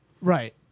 Right